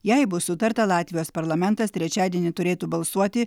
jei bus sutarta latvijos parlamentas trečiadienį turėtų balsuoti